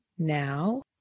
now